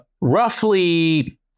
Roughly